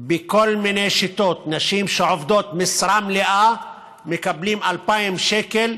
בכל מיני שיטות: נשים שעובדות משרה מלאה מקבלות 2,000 שקל,